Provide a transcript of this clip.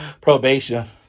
probation